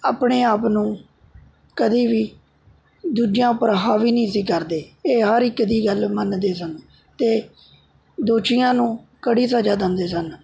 ਆਪਣੇ ਆਪ ਨੂੰ ਕਦੀ ਵੀ ਦੂਜਿਆਂ ਉੱਪਰ ਹਾਵੀ ਨਹੀਂ ਸੀ ਕਰਦੇ ਇਹ ਹਰ ਇੱਕ ਦੀ ਗੱਲ ਮੰਨਦੇ ਸਨ ਅਤੇ ਦੋਸ਼ੀਆਂ ਨੂੰ ਕੜੀ ਸਜ਼ਾ ਦਿੰਦੇ ਸਨ